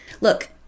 Look